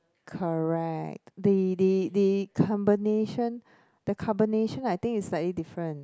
correct the the the combination the combination I think is slightly different